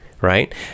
right